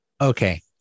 Okay